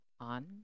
on